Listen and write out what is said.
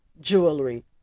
jewelry